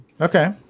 okay